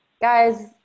guys